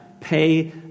pay